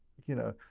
you know,